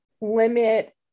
limit